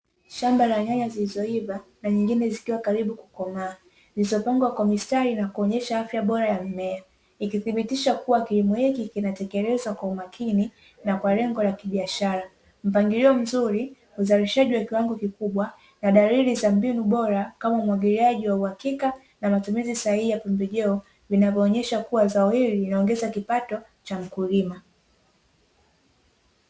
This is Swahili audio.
Shamba la nyanya zilizoiva na nyingine zikiwa karibu kukomaa zilizopangwa kwa mistari na kuonyesha afya bora ya mimea, ikithibitisha kuwa kilimo hiki kinatekelezwa kwa umakini na kwa lengo la kibiashara. Mpangilio mzuri, uzalishaji wa kiwango kikubwa na dalili za mbinu bora kama umwagiliaji wa uhakika na matumizi sahihi ya pembejeo zinaonyesha kuwa zao hili linaongeza kipato cha mkulima.